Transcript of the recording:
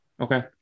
Okay